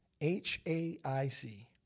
H-A-I-C